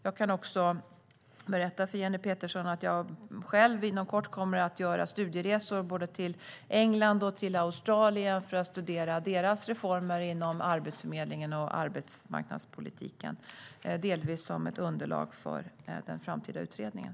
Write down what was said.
Jag kan berätta för Jenny Petersson att jag inom kort kommer att göra studieresor både till England och till Australien för att studera deras reformer inom arbetsförmedling och arbetsmarknadspolitik, delvis som ett underlag för den framtida utredningen.